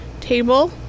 table